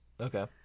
Okay